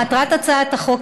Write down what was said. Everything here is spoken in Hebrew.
מטרת הצעת החוק,